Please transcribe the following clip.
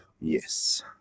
Yes